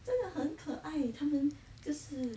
真的很可爱他们就是